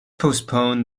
postpone